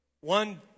One